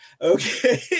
okay